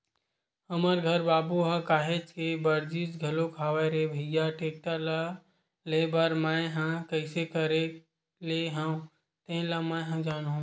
हमर घर बाबू ह काहेच के बरजिस घलोक हवय रे भइया टेक्टर ल लेय बर मैय ह कइसे करके लेय हव तेन ल मैय ह जानहूँ